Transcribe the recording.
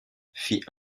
fit